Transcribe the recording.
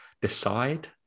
decide